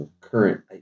current